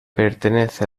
pertenece